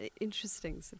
Interesting